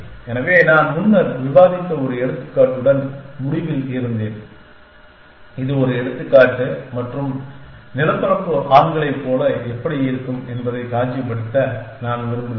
எனவே நான் முன்னர் விவாதித்த ஒரு எடுத்துக்காட்டுடன் முடிவில் இருந்தேன் இது ஒரு எடுத்துக்காட்டு மற்றும் நிலப்பரப்பு ஆண்களைப் போல எப்படி இருக்கும் என்பதைக் காட்சிப்படுத்த நான் விரும்புகிறேன்